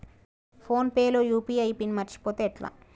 Phone pay లో UPI PIN మరచిపోతే ఎట్లా?